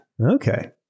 Okay